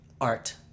Art